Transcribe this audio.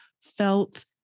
felt